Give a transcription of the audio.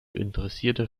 interessierte